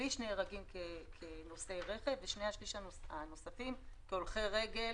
שליש נהרגים כנוסעי רכב ושני השלישים הנוספים כהולכי רגל,